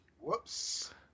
Whoops